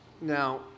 Now